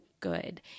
good